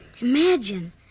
Imagine